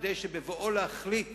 כדי שבבואו להחליט